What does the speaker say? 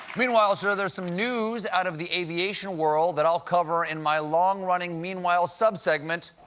meanwhile, sort of there's some news out of the aviation world that i'll cover in my longrunning meanwhile sub-segment,